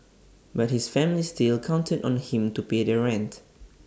but his family still counted on him to pay their rent